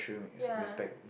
ya